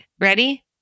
ready